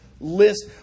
List